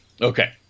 Okay